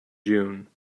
june